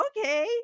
Okay